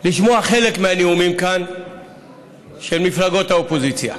לשמוע כאן חלק מהנאומים של מפלגות האופוזיציה.